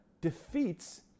defeats